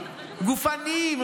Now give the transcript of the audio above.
גופניים,